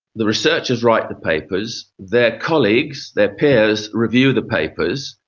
the researchers write the papers, their colleagues, their peers review the papers,